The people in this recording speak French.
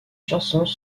chansons